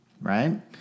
Right